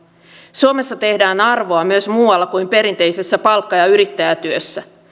suomessa tehdään arvoa myös muualla kuin perinteisessä palkka ja yrittäjätyössä